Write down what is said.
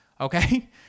okay